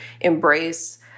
embrace